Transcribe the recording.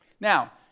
Now